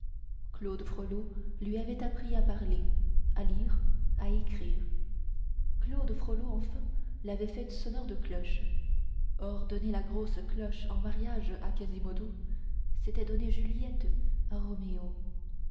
claude frollo lui avait appris à parler à lire à écrire claude frollo enfin l'avait fait sonneur de cloches or donner la grosse cloche en mariage à quasimodo c'était donner juliette à roméo